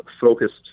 focused